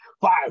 five